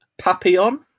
Papillon